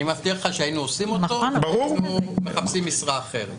אני מבטיח לך שהיינו עושים אותו ומחפשים משרה אחרת.